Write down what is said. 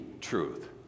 truth